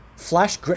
flash